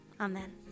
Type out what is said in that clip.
Amen